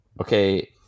okay